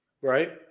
right